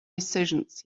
decisions